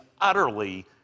utterly